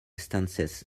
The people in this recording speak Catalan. estances